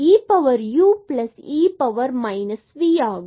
e power u e power minus v ஆகும்